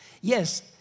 Yes